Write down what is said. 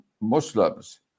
Muslims